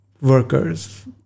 Workers